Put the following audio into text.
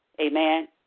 Amen